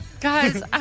guys